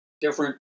different